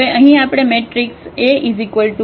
હવે અહીં આપણે મેટ્રિક્સ નો ક્રમ શોધીશું